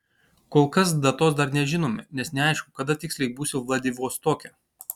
kol kas datos dar nežinome nes neaišku kada tiksliai būsiu vladivostoke